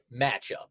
matchup